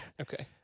Okay